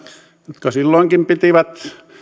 jotka silloinkin pitivät